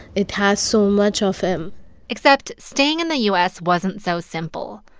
it has so much of him except staying in the u s. wasn't so simple.